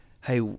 Hey